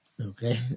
Okay